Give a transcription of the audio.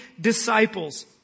disciples